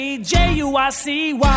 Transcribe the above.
J-U-I-C-Y